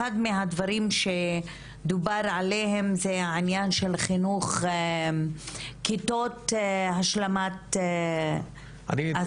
אחד מהדברים שדובר עליהם זה העניין של חינוך כיתות השלמת השכלה.